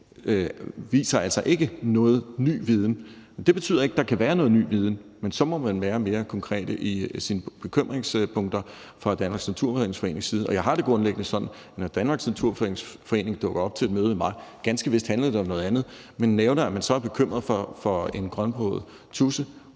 viser altså ikke noget ny viden. Det betyder ikke, at der ikke kan være noget ny viden, men så må man være mere konkret i sine bekymringspunkter fra Danmarks Naturfredningsforenings side. Jeg har det grundlæggende sådan: Når Danmarks Naturfredningsforening dukker op til et møde med mig – ganske vist handlede det om noget andet – og så nævner, at man er bekymret for en grønbroget tudse,